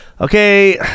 Okay